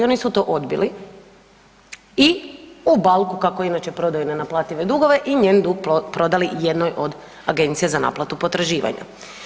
Oni su to odbili i u bauku kako inače prodaju nenaplative dugove i njen dug prodali jednoj od agencija za naplatu potraživanja.